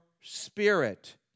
spirit